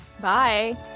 Bye